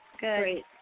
Good